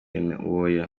hamwe